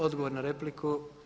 Odgovor na repliku.